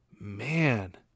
man